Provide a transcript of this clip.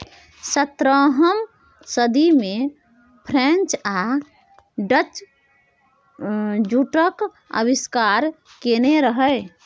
सतरहम सदी मे फ्रेंच आ डच जुटक आविष्कार केने रहय